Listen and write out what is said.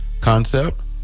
Concept